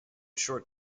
short